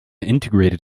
integrated